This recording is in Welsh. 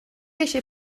eisiau